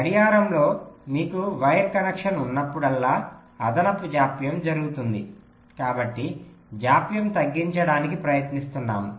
గడియారంలో మీకు wire connection ఉన్నప్పుడల్లా అదనపు జాప్యం జరుగుతుంది కాబట్టి జాప్యం తగ్గించడానికి ప్రయత్నిస్తున్నాము